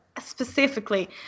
specifically